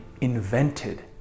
invented